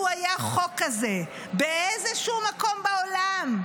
לו היה חוק כזה באיזשהו מקום בעולם,